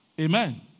Amen